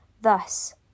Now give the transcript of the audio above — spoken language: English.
Thus